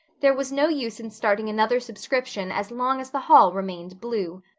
there was no use in starting another subscription as long as the hall remained blue.